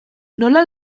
nola